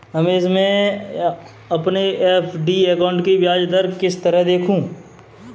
रमेश मैं अपने FD account की ब्याज दर किस तरह देखूं?